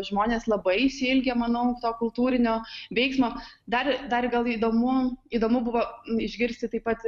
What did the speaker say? žmonės labai išsiilgę manau kultūrinio veiksmo dar dar gal įdomu įdomu buvo išgirsti taip pat